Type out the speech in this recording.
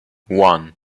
one